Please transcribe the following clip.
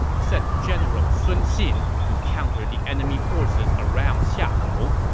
send general sun xin to counter the enemy forces around xiakou.